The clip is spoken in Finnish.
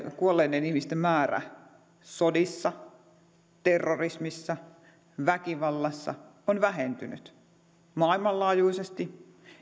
kuolleiden ihmisten määrä sodissa terrorismissa väkivallassa on vähentynyt maailmanlaajuisesti